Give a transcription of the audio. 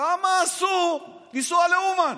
למה אסור לנסוע לאומן?